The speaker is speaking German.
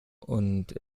und